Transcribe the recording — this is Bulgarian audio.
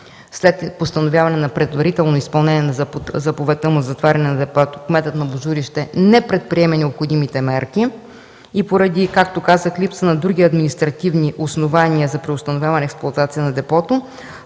след постановяване на предварително изпълнение на заповедта му за затваряне на депото, кметът на Божурище не предприеме необходимите мерки и поради, както казах, липса на други административни основания за преустановяване експлоатация на депото,